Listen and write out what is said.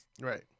Right